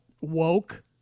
woke